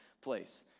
place